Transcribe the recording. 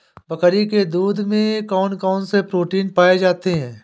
बकरी के दूध में कौन कौनसे प्रोटीन पाए जाते हैं?